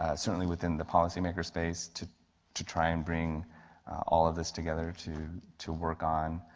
ah certainly within the policymakers space, to to try and bring all of this together, to to work on